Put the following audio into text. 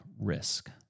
risk